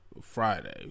Friday